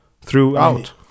throughout